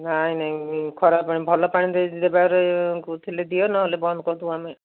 ନାଇଁ ନାଇଁ ଖରାପ ପାଣି ଭଲ ପାଣି ଦେବାର ଥିଲେ ଦିଅ ନହେଲେ ବନ୍ଦ କରିଦେବୁ ଆମେ